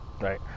Right